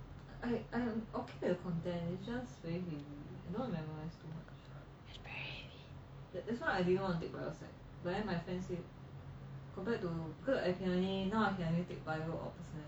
she's pretty